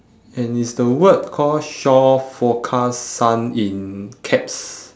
and is the word call shore forecast sun in caps